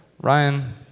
Ryan